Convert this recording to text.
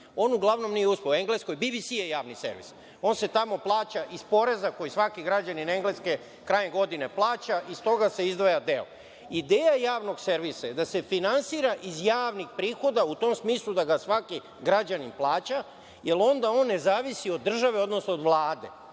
On uglavnom nije uspeo u Engleskoj. BBC je javni servis. On se tamo plaća iz poreza koje svaki građanin Engleske krajem godine plaća, iz toga se izdvaja deo. Ideja Javnog servisa je da se finansira iz javnih prihoda, u tom smislu da ga svaki građanin plaća, jer onda on ne zavisi od države, odnosno od Vlade,